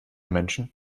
menschen